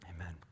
Amen